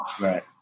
Right